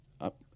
up